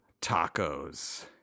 tacos